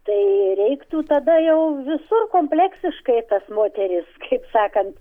tai reiktų tada jau visur kompleksiškai tas moteris kaip sakant